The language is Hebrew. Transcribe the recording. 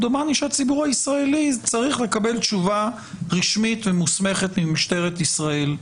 דומני שהציבור הישראלי צריך לקבל תשובה רשמית ומוסמכת ממשטרת ישראל,